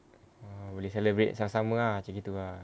ah boleh celebrate sama sama ah macam gitu ah